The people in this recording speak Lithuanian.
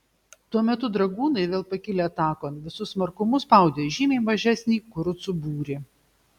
tuo metu dragūnai vėl pakilę atakon visu smarkumu spaudė žymiai mažesnį kurucų būrį